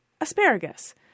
asparagus